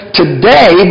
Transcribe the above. today